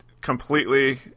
completely